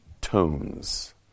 tones